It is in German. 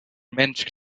mensch